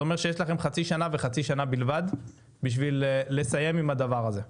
זה אומר שיש לכם חצי שנה בלבד בשביל לסיים עם הדבר הזה.